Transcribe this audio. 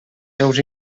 seus